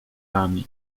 ramię